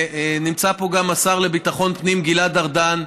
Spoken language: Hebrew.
ונמצא פה גם השר לביטחון פנים גלעד ארדן,